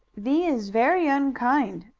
thee is very unkind,